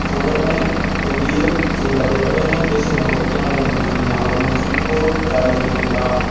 four डा व'मेन त' बियो जेब्ला देरहादोंमोन बे समाव केप्टेनआ दंमोन जोंनिया हर्मनप्रिट कौर जाय जोंनि दा